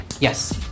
Yes